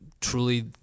truly